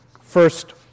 First